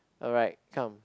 alright come